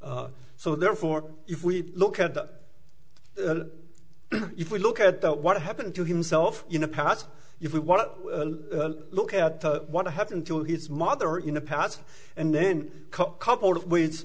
so therefore if we look at that if we look at what happened to himself in the past if we want to look at what happened to his mother in the past and then